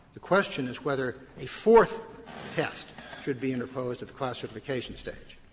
the question is whether a fourth test should be interposed at the class certification stage.